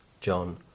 john